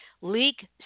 Leak